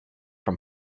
from